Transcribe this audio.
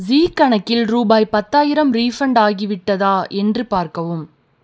ஜீ கணக்கில் ரூபாய் பத்தாயிரம் ரீஃபண்ட் ஆகிவிட்டதா என்று பார்க்கவும்